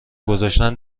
گذاشتن